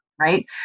right